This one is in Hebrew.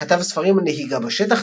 כתב ספרים על נהיגה בשטח,